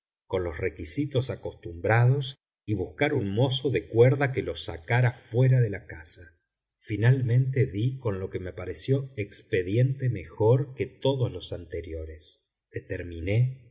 con los requisitos acostumbrados y buscar un mozo de cuerda que lo sacara fuera de la casa finalmente di con lo que me pareció expediente mejor que todos los anteriores determiné